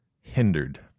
hindered